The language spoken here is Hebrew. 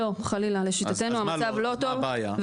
לשיטתנו המצב לא טוב,